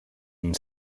and